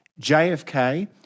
JFK